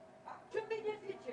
קורונה.